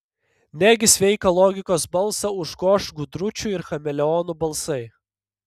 negi sveiką logikos balsą užgoš gudručių ir chameleonų balsai